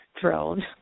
thrilled